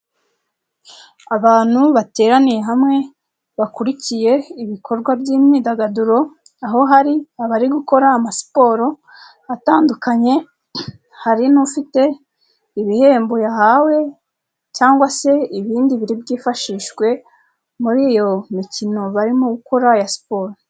Abantu bateraniye hamwe bakurikiye ibikorwa by'imyidagaduro aho hari abari gukora amasiporo atandukanye hari n'ufite ibihembo yahawe cyangwa se ibindi biri bwifashishwe muri iyo mikino barimo gukora ya siporo.